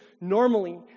normally